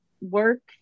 work